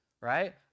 right